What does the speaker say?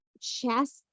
chest